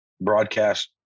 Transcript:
broadcast